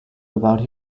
about